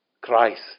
Christ